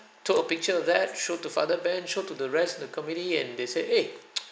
took a picture of that showed to father ben showed to the rest of the committee and they say eh